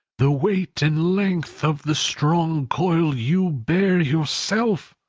the weight and length of the strong coil you bear yourself?